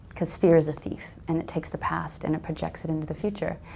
cause fear is a thief and it takes the past and it projects it in to the future.